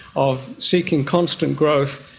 of seeking constant growth,